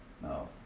No